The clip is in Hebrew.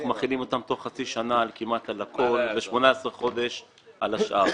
שנחיל תוך חצי שנה כמעט על הכל ותוך 18 חודש על השאר.